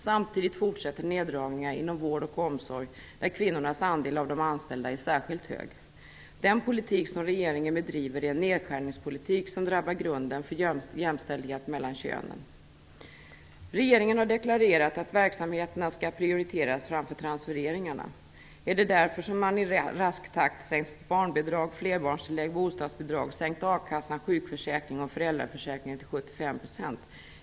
Samtidigt fortsätter neddragningarna inom vård och omsorg, där kvinnornas andel av de anställda är särskilt stor. Den politik som regeringen bedriver är en nedskärningspolitik som drabbar grunden för jämställdhet mellan könen. Regeringen har deklarerat att verksamheterna skall prioriteras framför transfereringarna. Är det därför som man i rask takt sänkt barnbidrag, flerbarnstillägg och bostadsbidrag? Är det därför som man sänkt akassa, sjukförsäkring och föräldraförsäkring till 75 %?